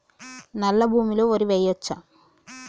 నల్లా భూమి లో వరి వేయచ్చా?